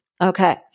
Okay